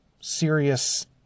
serious